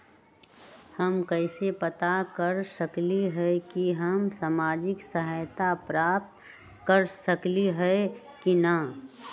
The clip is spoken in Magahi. हम कैसे पता कर सकली ह की हम सामाजिक सहायता प्राप्त कर सकली ह की न?